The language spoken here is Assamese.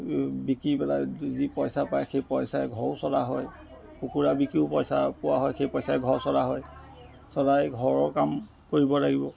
বিকি পেলাই যি পইচা পায় সেই পইচাৰে ঘৰো চলা হয় কুকুৰা বিকিও পইচা পোৱা হয় সেই পইচাৰে ঘৰ চলা হয় চলাই ঘৰৰ কাম কৰিব লাগিব